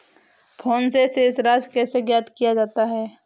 Phone से शेष राशि कैसे ज्ञात किया जाता है?